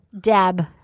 Deb